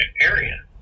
area